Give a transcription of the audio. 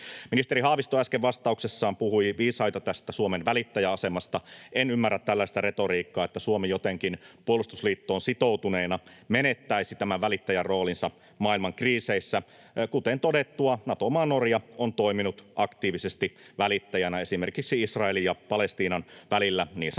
Ministeri Haavisto äsken vastauksessaan puhui viisaita tästä Suomen välittäjäasemasta. En ymmärrä tällaista retoriikkaa, että Suomi jotenkin puolustusliittoon sitoutuneena menettäisi tämän välittäjäroolinsa maailman kriiseissä. Kuten todettua, Nato-maa Norja on toiminut aktiivisesti välittäjänä esimerkiksi Israelin ja Palestiinan välillä niin sanotussa